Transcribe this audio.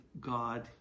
God